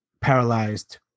paralyzed